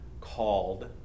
called